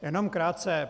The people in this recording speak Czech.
Jenom krátce.